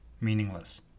Meaningless